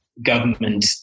government